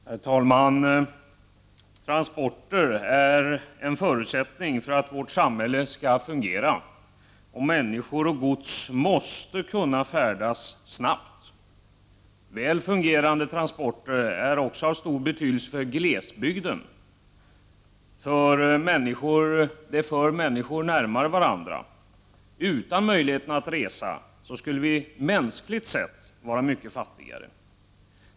Herr talman! Transporter är en förutsättning för att vårt samhälle skall fungera. Människor och gods måste kunna färdas snabbt. Väl fungerande transporter är också av stor betydelse för glesbygden, de för människor närmare varandra. Utan möjlighet att resa skulle vi mänskligt sett vara mycket fattigare.